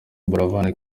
buravan